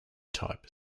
type